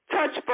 Touch